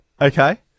Okay